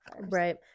Right